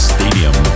Stadium